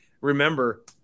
remember